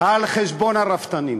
על חשבון הרפתנים